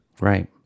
Right